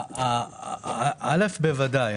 א', בוודאי.